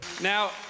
Now